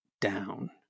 down